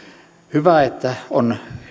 hyvä että on